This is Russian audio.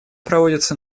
проводится